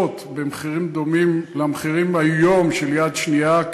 במחירים דומים למחירים של יד שנייה היום,